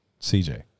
CJ